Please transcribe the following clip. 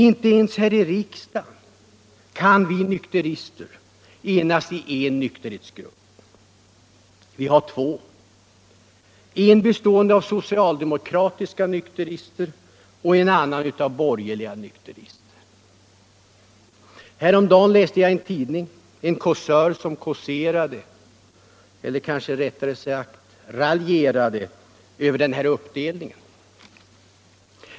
Inte ens här i riksdagen kan vi nykterister enas i en nykterhetsgrupp. Vi har två — en bestående av socialdemokratiska nykterister och en annan av borgerliga nykterister. Häromdagen läste jag i en tidning en kåsör som kåserade — eller kanske rättare sagt raljerade — över den här uppdelningen.